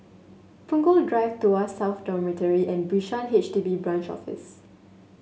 Punggol Drive Tuas South Dormitory and Bishan H D B Branch Office